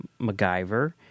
MacGyver